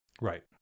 right